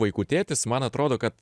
vaikų tėtis man atrodo kad